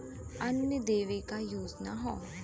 अन्न देवे क योजना हव